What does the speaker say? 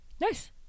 Nice